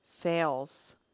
fails